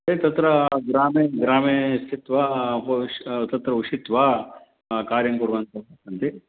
ते तत्र ग्रामे ग्रामे स्थित्वा उपविश्य तत्र उषित्वा कार्यं कुर्वन्तः सन्ति